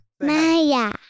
Maya